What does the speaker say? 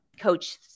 coach